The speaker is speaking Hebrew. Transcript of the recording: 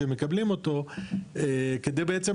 שהם מקבלים אותו כדי בעצם,